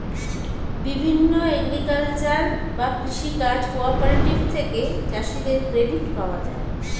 বিভিন্ন এগ্রিকালচারাল বা কৃষি কাজ কোঅপারেটিভ থেকে চাষীদের ক্রেডিট পাওয়া যায়